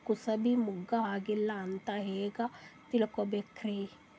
ಕೂಸಬಿ ಮುಗ್ಗ ಆಗಿಲ್ಲಾ ಅಂತ ಹೆಂಗ್ ತಿಳಕೋಬೇಕ್ರಿ?